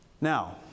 Now